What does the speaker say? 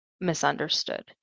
misunderstood